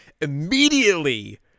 immediately